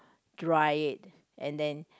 dry it and then